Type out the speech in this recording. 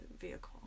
vehicle